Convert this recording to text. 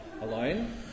alone